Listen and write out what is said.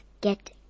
get